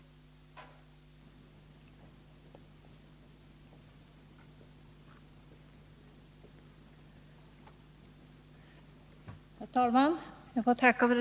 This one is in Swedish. Tisdagen den